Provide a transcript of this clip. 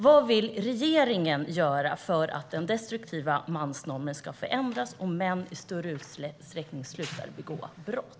Vad vill regeringen göra för att den destruktiva mansnormen ska förändras och för att män i större utsträckning ska sluta begå brott?